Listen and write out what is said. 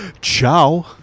Ciao